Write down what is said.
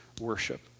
worship